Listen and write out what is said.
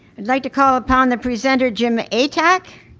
like to call upon the presenter jim atack,